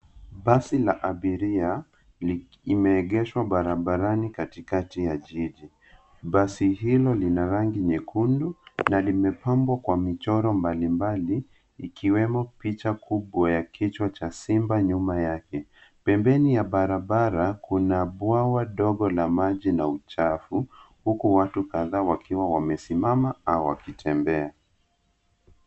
Basi la abiria imeegeshwa barabarani katikati ya jiji. Basi hilo lina rangi nyekundu na limepambwa kwa michoro mbalimbali ikiwemo picha kubwa ya kichwa cha simba nyuma yake. Pembeni ya barabara, kuna bwawa dogo la maji na uchafu huku watu kadhaa wakiwa wamesimama au wakitembea.